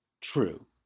true